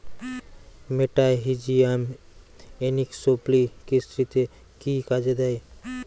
মেটাহিজিয়াম এনিসোপ্লি কৃষিতে কি কাজে দেয়?